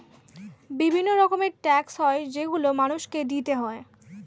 বিভিন্ন রকমের ট্যাক্স হয় যেগুলো মানুষকে দিতে হয়